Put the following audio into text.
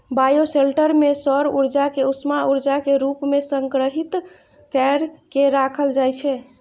bioshelter मे सौर ऊर्जा कें उष्मा ऊर्जा के रूप मे संग्रहीत कैर के राखल जाइ छै